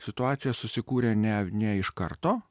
situacija susikūrė ne ne iš karto